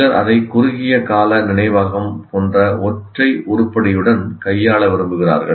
சிலர் அதை குறுகிய கால நினைவகம் போன்ற ஒற்றை உருப்படியுடன் கையாள விரும்புகிறார்கள்